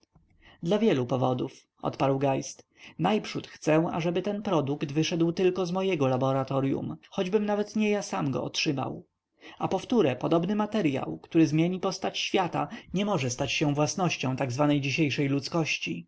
dla wielu powodów odparł geist najprzód chcę ażeby ten produkt wyszedł tylko z mojego laboratoryum choćbym nawet nie ja sam go otrzymał a powtóre podobny materyał który zmieni postać świata nie może stać się własnością tak zwanej dzisiejszej ludzkości